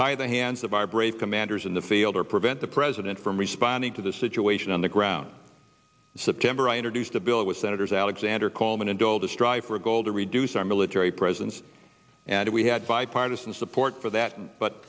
tie the hands of our brave commanders in the field or prevent the president from responding to the situation on the ground september i introduced a bill with senators alexander coleman and told to strive for a goal to reduce our military presence and we had bipartisan support for that but